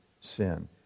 sin